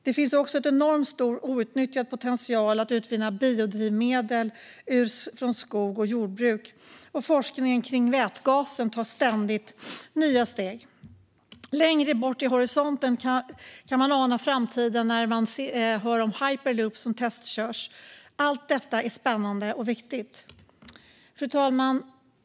Det finns också en enormt stor och outnyttjad möjlighet att utvinna biodrivmedel från skog och jordbruk, och forskningen om vätgas tar ständigt nya steg. Längre bort mot horisonten anar vi framtiden när hyperloop nu testkörs. Allt detta är spännande och viktigt. Fru talman!